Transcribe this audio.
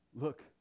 Look